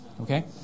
okay